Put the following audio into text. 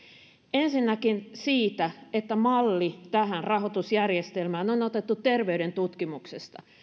ensinnäkin se että malli tähän rahoitusjärjestelmään on otettu terveyden tutkimuksesta